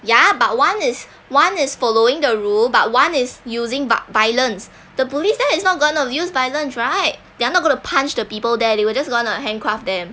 ya but one is one is following the rule but one is using vio~ violence the police then it's not going to use violence right they're not going to punch the people there they will just going to handcuff them